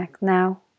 now